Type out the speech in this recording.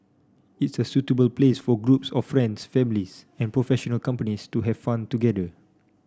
it's a suitable place for groups of friends families and professional companies to have fun together